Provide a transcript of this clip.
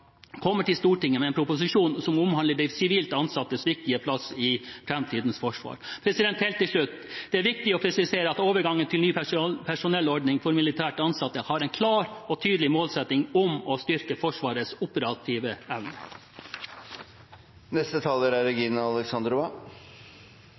kommer til Stortinget med en proposisjon som omhandler de sivilt ansattes viktige plass i framtidens forsvar. Helt til slutt: Det er viktig å presisere at overgang til ny personellordning for militært ansatte har en klar og tydelig målsetting om å styrke Forsvarets operative evne.